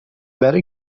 برا